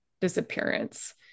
disappearance